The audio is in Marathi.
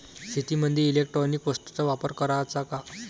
शेतीमंदी इलेक्ट्रॉनिक वस्तूचा वापर कराचा का?